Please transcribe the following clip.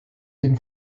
den